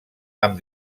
amb